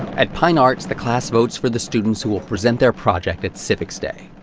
at pyne arts, the class votes for the students who will present their project at civics day.